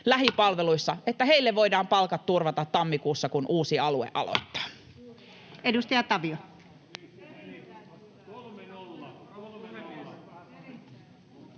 koputtaa] voidaan palkat turvata tammikuussa, kun uusi alue aloittaa.